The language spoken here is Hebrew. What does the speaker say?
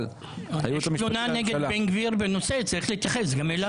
יש תלונה נגד בן גביר וצריך להתייחס גם אליו.